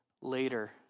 later